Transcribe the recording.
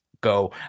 go